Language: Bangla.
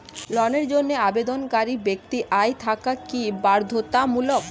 ঋণের জন্য আবেদনকারী ব্যক্তি আয় থাকা কি বাধ্যতামূলক?